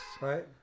right